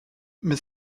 mais